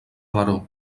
daró